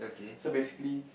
so basically